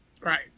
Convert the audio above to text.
right